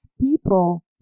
People